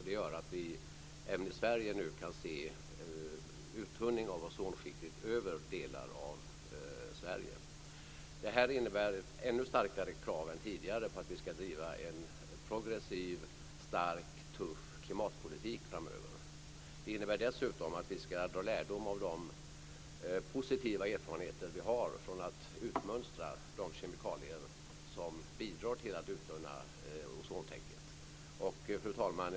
Det gör att vi även i Sverige nu kan se uttunning av ozonskiktet över delar av landet. Det här innebär ännu starkare krav än tidigare på att vi ska driva en progressiv, stark och tuff klimatpolitik framöver. Det innebär dessutom att vi ska dra lärdom av de positiva erfarenheter vi har från att utmönstra de kemikalier som bidrar till att uttunna ozontäcket. Fru talman!